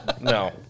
no